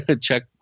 check